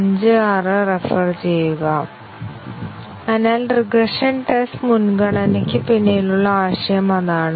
അതിനാൽ regression test മുൻഗണനയ്ക്ക് പിന്നിലുള്ള ആശയം അതാണ്